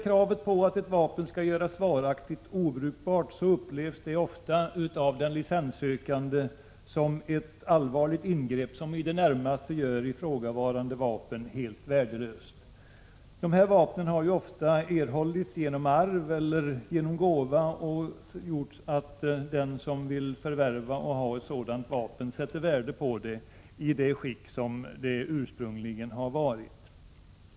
Kravet på att ett vapen skall göras varaktigt obrukbart upplevs av många som ett ingrepp som i det närmaste gör ifrågavarande vapen helt värdelöst. Dessa vapen har ju ofta erhållits genom arv eller genom gåva, och den som vill förvärva och inneha ett sådant vapen sätter värde på det i dess ursprungliga skick.